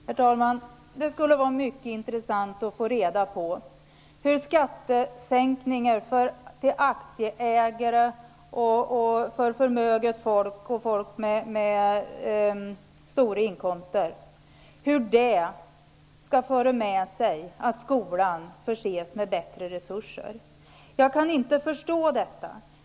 Herr talman! Det skulle vara mycket intressant att få reda på hur skattesänkningar för aktieägare, förmöget folk och människor med stora inkomster skall leda till att skolan förses med bättre resurser. Jag kan inte förstå detta.